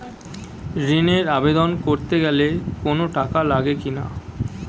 ঋণের আবেদন করতে গেলে কোন টাকা লাগে কিনা?